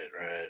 right